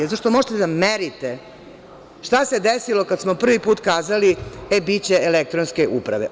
Zato što možete da merite šta se desilo kad smo prvi put kazali – e, biće elektronske uprave?